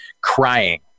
crying